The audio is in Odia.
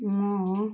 ମୁଁ